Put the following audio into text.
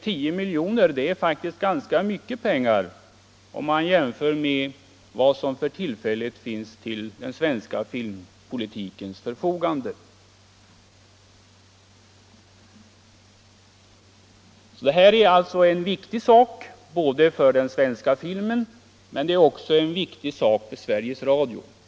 10 miljoner är faktiskt ganska mycket pengar, om man jämför med vad som för tillfället står till den svenska filmpolitikens förfogande. Det här är alltså viktigt både för den svenska filmen och för Sveriges Radio.